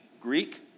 Greek